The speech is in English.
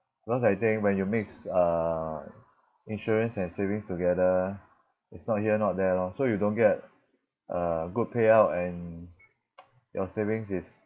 because I think when you mix uh insurance and savings together it's not here not there lor so you don't get a good payout and your savings is